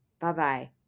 Bye-bye